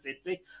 City